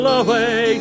away